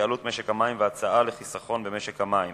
1632